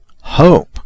hope